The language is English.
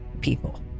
people